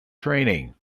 training